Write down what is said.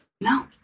No